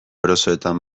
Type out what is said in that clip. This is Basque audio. erosoetan